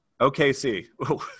OKC